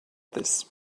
this